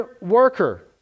worker